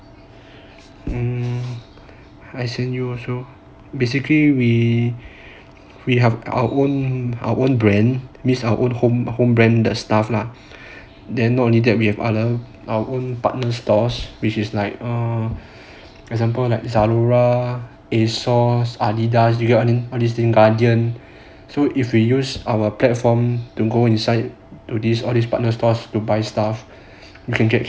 um as in you so basically you we have our own brand means our own home home brand the stuff lah then not only that we have other our own partner stores which is like a example like zalora asos adidas we got all these thing guardian so if they use our platform to go inside to all these partner stores to buy stuff you can get